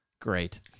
great